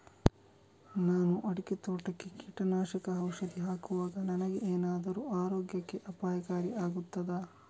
ನಾನು ಅಡಿಕೆ ತೋಟಕ್ಕೆ ಕೀಟನಾಶಕ ಔಷಧಿ ಹಾಕುವಾಗ ನನಗೆ ಏನಾದರೂ ಆರೋಗ್ಯಕ್ಕೆ ಅಪಾಯಕಾರಿ ಆಗುತ್ತದಾ?